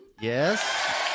Yes